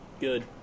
good